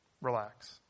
relax